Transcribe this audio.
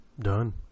Done